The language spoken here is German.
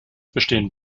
bestehen